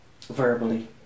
verbally